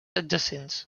adjacents